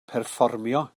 perfformio